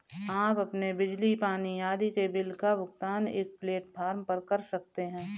आप अपने बिजली, पानी आदि के बिल का भुगतान एक प्लेटफॉर्म पर कर सकते हैं